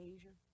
Asia